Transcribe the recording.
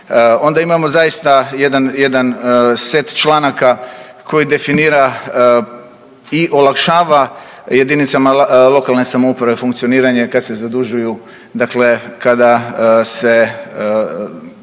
Onda imamo zaista jedan set članaka koji definira i olakšava jedinicama lokalne samouprave funkcioniranje kad se zadužuju, dakle kada se